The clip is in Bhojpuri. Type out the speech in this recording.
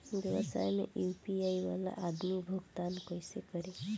व्यवसाय में यू.पी.आई वाला आदमी भुगतान कइसे करीं?